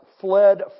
fled